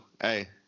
hey